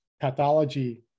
pathology